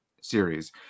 series